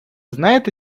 знаєте